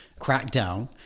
crackdown